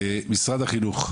משרד החינוך.